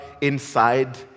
inside